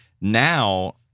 now